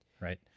Right